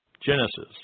Genesis